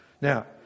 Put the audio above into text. now